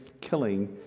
killing